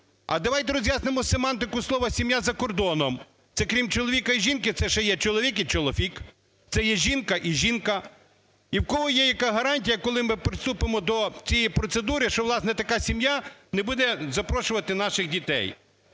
А давайте роз'яснимо семантику слова "сім'я" за кордоном, це крім чоловіка і жінки, це ще є чоловік і чоловік, це є жінка і жінка. І в кого є яка гарантія, коли ми приступимо до цієї процедури, що, власне, така сім'я не буде запрошувати наших дітей?